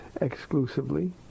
exclusively